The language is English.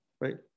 right